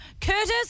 Curtis